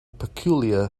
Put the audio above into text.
peculiar